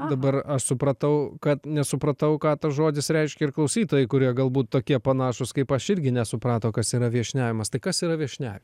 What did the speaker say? dabar aš supratau kad nesupratau ką tas žodis reiškia ir klausytojai kurie galbūt tokie panašūs kaip aš irgi nesuprato kas yra viešniavimas tai kas yra viešnia